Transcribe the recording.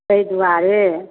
ताहि दुआरे